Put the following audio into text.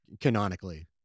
canonically